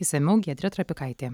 isamiau giedrė trapikaitė